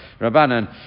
Rabbanan